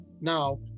now